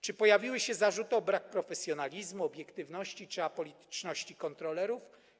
Czy pojawiły się zarzuty o brak profesjonalizmu, obiektywności czy apolityczności kontrolerów?